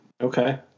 Okay